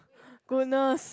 goodness